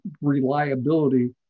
reliability